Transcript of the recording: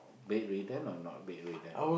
bedridden or not bedridden